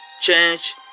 change